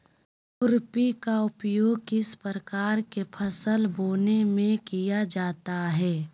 खुरपी का उपयोग किस प्रकार के फसल बोने में किया जाता है?